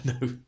no